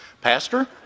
Pastor